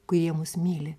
kurie mus myli